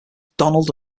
donald